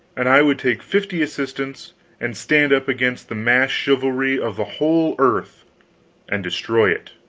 and i would take fifty assistants and stand up against the massed chivalry of the whole earth and destroy it.